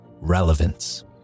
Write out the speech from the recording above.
relevance